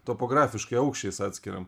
topografiškai aukščiais atskiriam